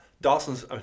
Dawson's –